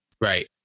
Right